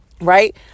right